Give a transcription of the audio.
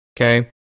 Okay